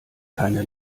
keine